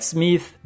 Smith